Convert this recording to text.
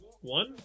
One